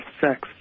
sex